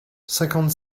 cinquante